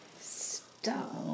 stop